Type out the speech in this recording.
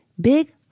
Big